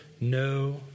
no